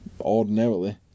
Ordinarily